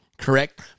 correct